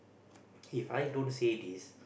If I don't say this